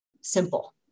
simple